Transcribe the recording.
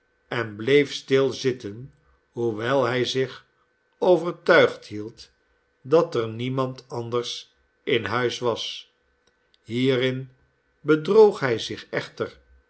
en bleef stil zitten hoewel hij zich overtuigd hield dat er niemand anders in huis was hierin bedroog hij zich echter